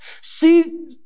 See